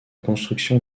construction